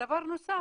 דבר נוסף,